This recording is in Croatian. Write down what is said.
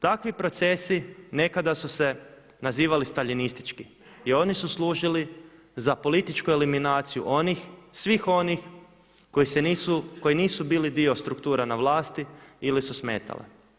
Takvi procesi nekada su se nazivali staljinistički i oni su služili za političku eliminaciju svih onih koji nisu bili dio struktura na vlasti ili su smetale.